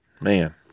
Man